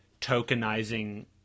tokenizing